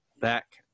back